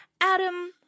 Adam